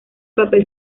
papel